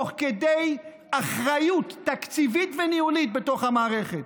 תוך כדי אחריות תקציבית וניהולית בתוך המערכת.